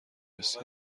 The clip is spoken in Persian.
رسی